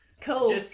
Cool